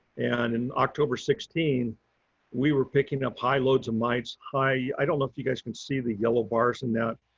and and october sixteen we were picking up high loads of mites. high. i don't know if you guys can see the yellow bars. and now,